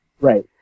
Right